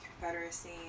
Confederacy